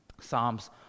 Psalms